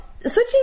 switching